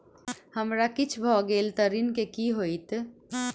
हमरा किछ भऽ गेल तऽ ऋण केँ की होइत?